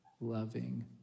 loving